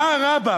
מה רע בה?